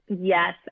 Yes